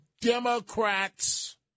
Democrats